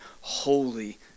holy